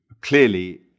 clearly